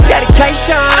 Dedication